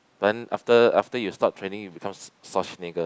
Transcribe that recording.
then after after you stop training you becomes Schwarzenegger